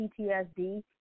PTSD